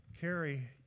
Carrie